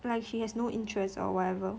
like she has no interest or whatever